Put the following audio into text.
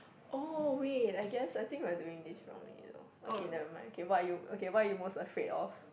oh wait I guess I think I'm doing this wrongly you know okay never mind okay what are you okay what are you most afraid of